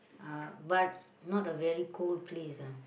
uh but not a very cool place ah